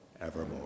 evermore